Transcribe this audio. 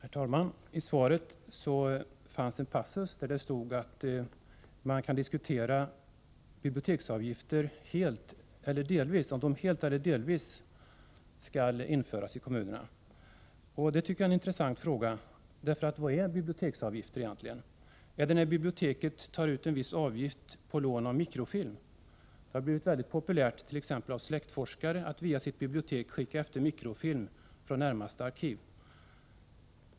Herr talman! I svaret fanns en passus där det hette att man kan diskutera om bibliotekens service i kommunerna skall tillhandahållas helt eller delvis utan avgift. Det tycker jag är en intressant fråga — vad är biblioteksavgifter egentligen? Är det när biblioteken tar ut en viss avgift på lån av mikrofilm? Det har blivit mycket populärt bland släktforskare att via sitt bibliotek skicka efter mikrofilm från närmaste arkiv.